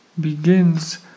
begins